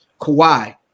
Kawhi